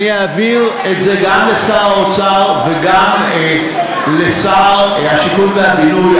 אני אעביר את זה גם לשר האוצר וגם לשר השיכון והבינוי,